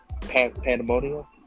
pandemonium